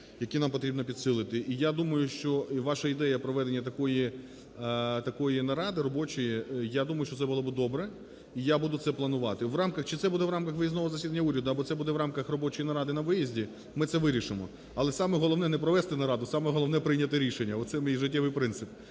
які нам потрібно підсилити. І я думаю, що ваша ідея проведення такої наради робочої, я думаю, що це було би добре, і я буду це планувати. В рамках, чи це буде в рамках виїзного засідання уряду або це буде в рамках робочої наради на виїзді, ми це вирішимо. Але саме головне – не провести нараду, саме головне – прийняти рішення, оце мій життєвий принцип.